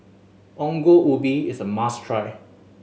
Ongol Ubi is a must try